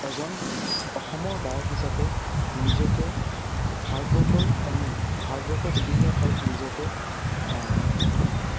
এজন অসমৰ গায়ক হিচাপে নিজকে ভাৰতবৰ্ষৰ এ ভাৰতবৰ্ষৰ বিভিন্ন ঠাইত নিজকে